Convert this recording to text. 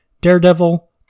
Daredevil